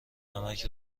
نمک